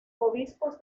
obispos